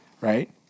Right